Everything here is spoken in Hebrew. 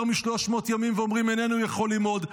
מ-300 ימים ואומרים: איננו יכולים עוד,